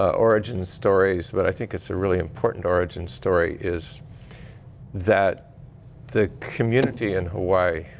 origin stories, but i think it's a really important origin story, is that the community in hawai'i,